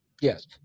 Yes